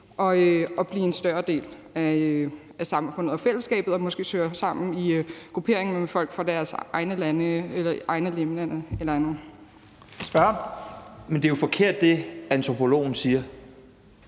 at blive en større del af samfundet og fællesskabet og måske søger sammen i grupperinger med folk fra deres egne lande eller egne i hjemlandet. Kl. 11:38 Første næstformand (Leif